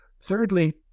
Thirdly